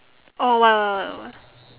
oh why why why why wh~